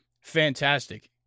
fantastic